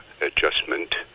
adjustment